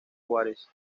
juárez